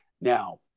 Now